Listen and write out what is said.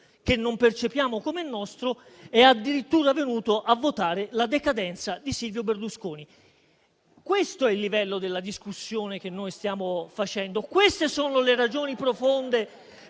che non percepiamo come nostro, è addirittura venuto a votare la decadenza di Silvio Berlusconi. Questo è il livello della discussione che noi stiamo facendo *(Commenti)*, queste sono le ragioni profonde